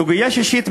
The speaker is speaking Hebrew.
סוגיה שישית,